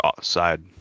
side